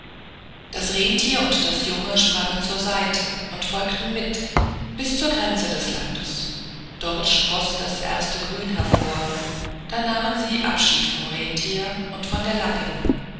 das renntier und das junge sprangen zur seite und folgten mit bis zur grenze des landes dort sproßte das erste grün hervor da nahmen sie abschied vom renntier und von der lappin